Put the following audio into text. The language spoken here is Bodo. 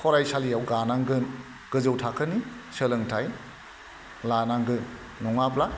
फरायसालियाव गानांगोन गोजौ थाखोनि सोलोंथाय लानांगोन नङाब्ला